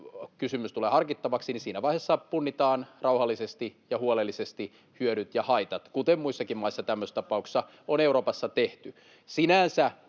kysymys tulee harkittavaksi, niin siinä vaiheessa punnitaan rauhallisesti ja huolellisesti hyödyt ja haitat, kuten muissakin maissa Euroopassa tämmöisissä tapauksessa on tehty.